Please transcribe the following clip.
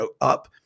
up